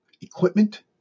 equipment